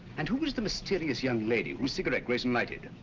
and who was the mysterious young lady whose cigarette grayson lighted?